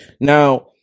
now